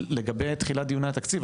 לגבי תחילת דיוני התקציב.